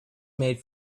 made